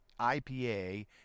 IPA